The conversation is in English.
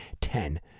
ten